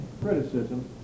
criticism